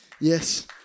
Yes